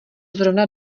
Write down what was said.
zrovna